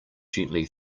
gently